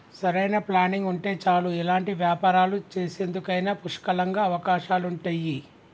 సరైన ప్లానింగ్ ఉంటే చాలు ఎలాంటి వ్యాపారాలు చేసేందుకైనా పుష్కలంగా అవకాశాలుంటయ్యి